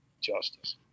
justice